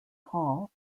hall